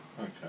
Okay